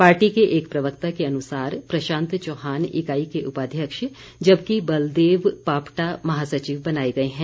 party के एक प्रवक्ता के अनुसार प्रशांत चौहान इकाई के उपाध्यक्ष जबकि बलदेव पापटा महासचिव बनाए गए हैं